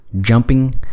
Jumping